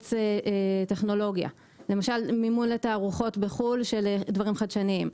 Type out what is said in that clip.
יועץ טכנולוגיה או מימון לתערוכות בחו"ל של דברים חדשניים.